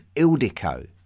Ildico